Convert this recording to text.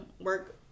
work